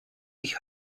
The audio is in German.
ich